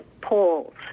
polls